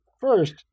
first